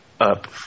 up